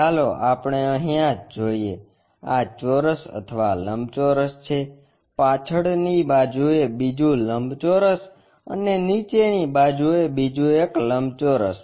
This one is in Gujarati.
ચાલો આપણે અહીં આ જોઈએ આ ચોરસ અથવા લંબચોરસ છે પાછળની બાજુએ બીજું લંબચોરસ અને નીચેની બાજુએ બીજું એક લંબચોરસ